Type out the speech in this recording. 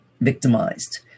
victimized